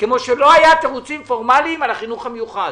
כמו שלא היו תירוצים פורמליים על החינוך המיוחד.